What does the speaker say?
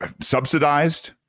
subsidized